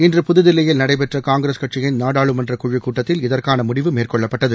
இன்று புதுதில்லியில் நடைபெற்றகாங்கிரஸ் கட்சியின் நாடாளுமன்றகுழுக் கூட்டத்தில் இதற்கானமுடிவு மேற்கொள்ளப்பட்டது